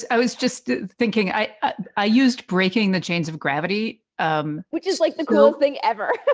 i was just thinking, i i used breaking the chains of gravity um which is, like, the coolest thing ever.